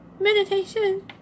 meditation